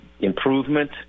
Improvement